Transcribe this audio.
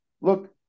Look